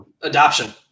Adoption